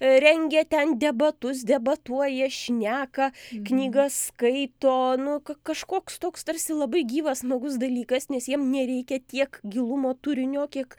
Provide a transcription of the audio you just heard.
rengia ten debatus debatuoja šneka knygas skaito nu kažkoks toks tarsi labai gyvas smagus dalykas nes jiem nereikia tiek gilumo turinio kiek